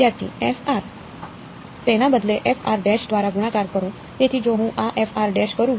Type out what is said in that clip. વિદ્યાર્થી f તેના બદલે f કરું